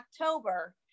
October